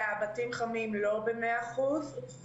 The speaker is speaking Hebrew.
בתים חמים לא במאה אחוז,